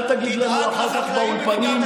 אל תגיד לנו אחר כך באולפנים,